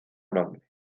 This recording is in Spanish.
nombre